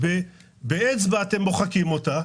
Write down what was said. שבאצבע אתם מוחקים אותה.